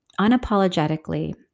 unapologetically